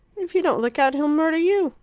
if you don't look out he'll murder you.